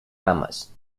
ramas